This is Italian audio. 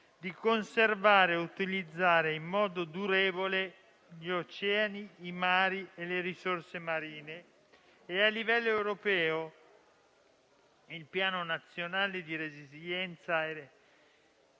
di conservare e utilizzare in modo durevole gli oceani, i mari e le risorse marine e, a livello europeo, il Piano nazionale di ripresa e